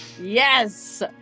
Yes